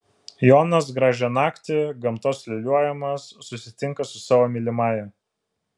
jonas gražią naktį gamtos liūliuojamas susitinka su savo mylimąja